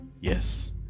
yes